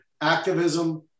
activism